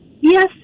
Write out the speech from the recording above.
yes